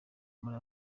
muri